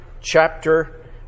chapter